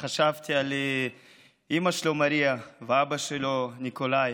וחשבתי על אימא שלו מריה ואבא שלו ניקולאי,